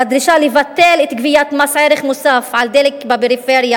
לדרישה לבטל את גביית מס ערך מוסף על דלק בפריפריה,